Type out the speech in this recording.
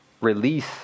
Release